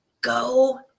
go